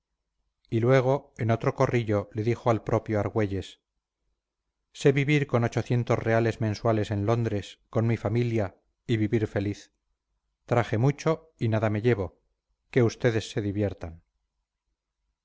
y luego en otro corrillo le dijo al propio argüelles sé vivir con ochocientos reales mensuales en londres con mi familia y vivir feliz traje mucho y nada me llevo que ustedes se diviertan